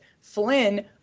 Flynn